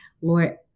Lord